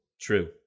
True